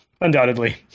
undoubtedly